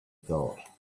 thought